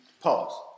Pause